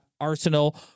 arsenal